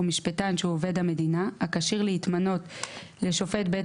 או משפטן שהוא עובד המדינה הכשיר להתמנות לשופט בית